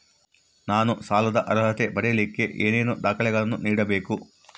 ನಾನು ಸಾಲದ ಅರ್ಹತೆ ಪಡಿಲಿಕ್ಕೆ ಏನೇನು ದಾಖಲೆಗಳನ್ನ ನೇಡಬೇಕು?